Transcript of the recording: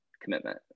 commitment